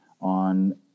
on